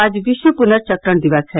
आज विश्व पुर्नचक्रण दिवस है